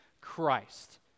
Christ